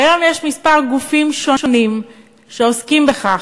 כיום יש כמה גופים שונים שעוסקים בכך,